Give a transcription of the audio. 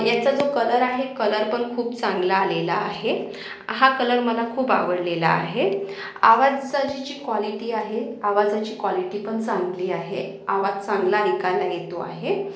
याचा जो कलर आहे कलरपण खूप चांगला आलेला आहे हा कलर मला खूप आवडलेला आहे आवाजाची जी कॉलिटी आहे आवाजाची कॉलिटीपण चांगली आहे आवाज चांगला ऐकायला येतो आहे